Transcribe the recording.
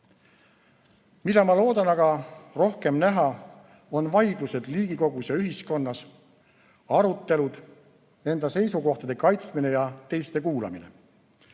Mida ma loodan aga rohkem näha, on vaidlused Riigikogus ja ühiskonnas, arutelud, enda seisukohtade kaitsmine ja teiste kuulamine.